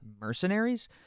mercenaries